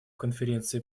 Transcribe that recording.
конференции